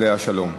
עליה השלום.